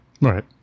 Right